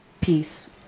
peace